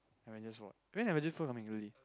Avengers War when Avengers coming really